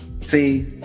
See